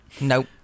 Nope